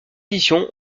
édition